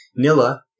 Nilla